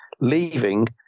leaving